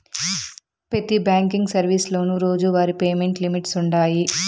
పెతి బ్యాంకింగ్ సర్వీసులోనూ రోజువారీ పేమెంట్ లిమిట్స్ వుండాయి